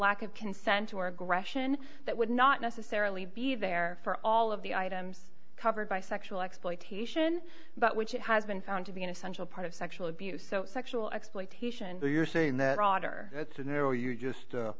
lack of consent or aggression that would not necessarily be there for all of the items covered by sexual exploitation but which it has been found to be an essential part of sexual abuse sexual exploitation the you're saying that author that's an error you just